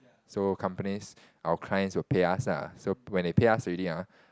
so companies our clients will pay us ah so when they pay us already ah